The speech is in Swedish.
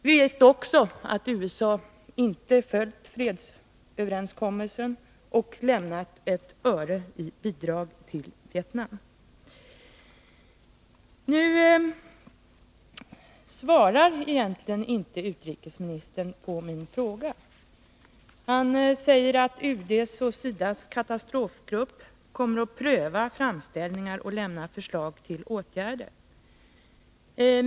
Vi vet också att USA inte har följt fredsöverenskommelsen — USA har inte lämnat ett öre i bidrag till Vietnam. Utrikesministern svarar egentligen inte på min fråga. Han säger att UD:s och SIDA:s katastrofgrupp kommer att pröva framställningar och lämna förslag till åtgärder.